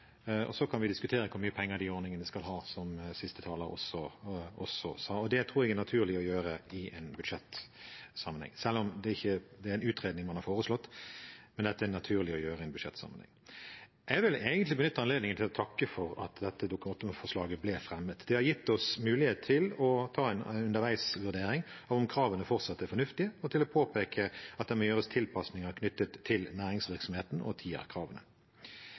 og så kan vi diskutere hvor mye penger de ordningene skal ha, som siste taler også sa. Det tror jeg er naturlig å gjøre i en budsjettsammenheng, selv om det er en utredning man har foreslått. Det er det naturlig å gjøre i en budsjettsammenheng. Jeg ville egentlig benytte anledningen til å takke for at dette Dokument 8-forslaget ble fremmet. Det har gitt oss mulighet til å ta en underveisvurdering av om kravene fortsatt er fornuftige, og til å påpeke at det må gjøres tilpasninger knyttet til næringsvirksomheten og